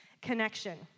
Connection